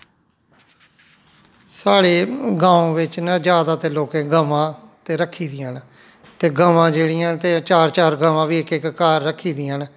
साढ़े ग्राएं बिच्च ना जैदातर लोकें गवां रक्खी दियां न ते गवां जेह्ड़ियां ते चार चार गवां बी इक इक घर रक्खी दियां न